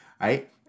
right